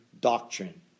doctrine